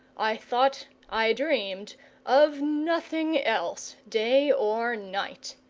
i thought, i dreamed of nothing else, day or night.